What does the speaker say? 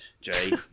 Jay